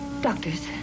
doctors